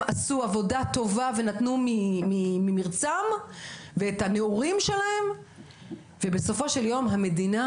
עשו עבודה טובה והם נתנו ממרצם ואת הנעורים שלהם ובסופו של יום המדינה,